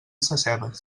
sescebes